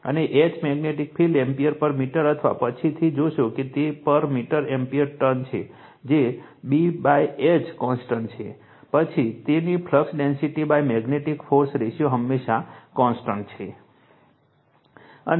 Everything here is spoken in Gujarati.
અને H મેગ્નેટિક ફિલ્ડ એમ્પીયર પર મીટર અથવા પછીથી જોશો કે તે પર મીટર એમ્પીયર ટન છે જે BH કોન્સટન્ટ છે પછી તેની flux density magnetising force ratio હંમેશા કોન્સટન્ટ છે